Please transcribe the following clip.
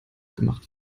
gemacht